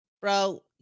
bro